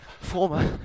former